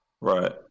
Right